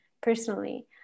personally